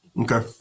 Okay